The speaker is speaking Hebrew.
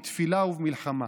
בתפילה ובמלחמה.